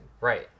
Right